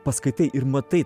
paskaitai ir matai